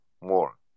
more